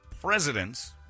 presidents